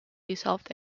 dissolved